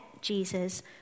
Jesus